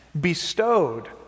bestowed